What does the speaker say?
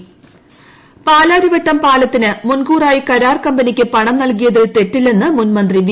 ഇബ്രാഹിം കുഞ്ഞ് പാലാരിവട്ടം പാലത്തിന് മുൻകൂറായി കരാർ കമ്പനിക്ക് പണം നൽകിയതിൽ തെറ്റില്ലെന്ന് മുൻമന്ത്രി വി